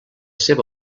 seva